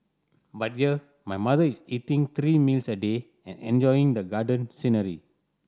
but here my mother is eating three meals a day and enjoying the garden scenery